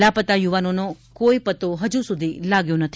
લાપત્તા યુવાનોનો કોઇ પત્તો હજુ સુધી લાગ્યો નથી